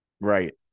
Right